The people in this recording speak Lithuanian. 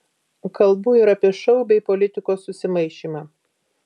kalbu ir apie šou bei politikos susimaišymą